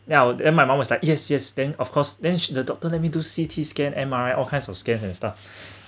then I w~ and my mom was like yes yes then of course then the doctor let me do C_T scan M_R_I all kinds of scan and stuff